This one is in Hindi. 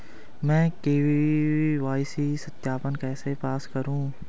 मैं के.वाई.सी सत्यापन कैसे पास करूँ?